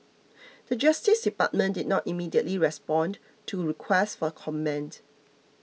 the Justice Department did not immediately respond to request for comment